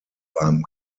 beim